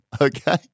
Okay